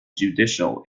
judicial